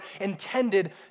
intended